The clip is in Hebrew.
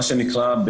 מה שנקרא,